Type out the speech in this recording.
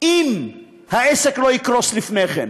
אם העסק לא יקרוס לפני כן.